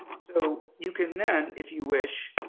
so you can then, if you wish,